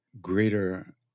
greater